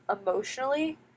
emotionally